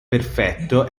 perfetto